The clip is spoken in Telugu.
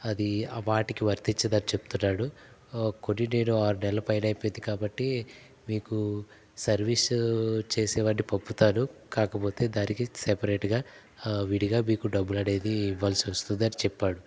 అది వాటికి వర్తించదని చెబుతున్నాడు కొని నేను ఆరు నెల్లపైన అయిపోయింది కాబట్టి మీకు సర్వీస్ చేసేవన్నీ పంపుతాను కాకపోతే దానికి సపరేట్గా విడిగా మీకు డబ్బులు అనేది ఇవ్వాల్సి వస్తుంది అని చెప్పాడు